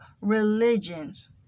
religions